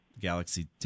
Galaxy